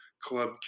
club